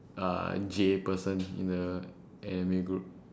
uh J person in the anime group